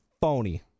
phony